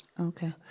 Okay